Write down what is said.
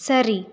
சரி